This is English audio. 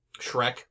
Shrek